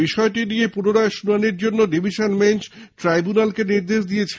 বিষয়টি নিয়ে পুনরায় শুনানির জন্য ডিভিশন বেঞ্চ ট্রাইব্যুনালকে নির্দেশ দিয়েছে